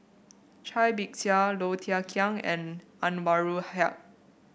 Cai Bixia Low Thia Khiang and Anwarul Haque